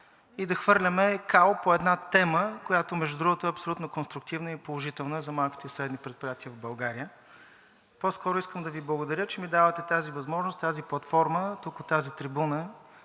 и да хвърляме кал по една тема, която, между другото, е абсолютно конструктивна и положителна за малките и средни предприятия в България. По-скоро искам да Ви благодаря, че ми давате тази възможност, тази платформа тук от тази трибуна